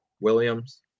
Williams